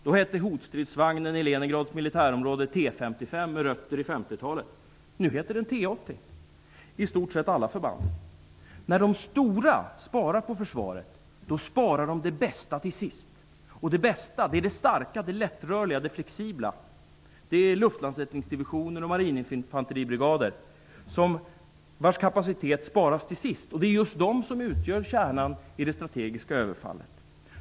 Då hette hotstridsvagnen i Leningrads militärområde T 55 med rötter i 50-talet. Nu heter den T 80 inom i stort sett alla förband. När de stora sparar på försvaret sparar de det bästa till sist. Det bästa är det starka, det lättrörliga och det flexibla. Det gäller då luftlandsättningsdivisioner och marininfanteribrigader, vilkas kapacitet sparas till sist. Det är just dessa som utgör kärnan i det strategiska överfallet.